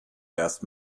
erst